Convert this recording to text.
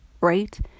right